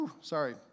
sorry